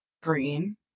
green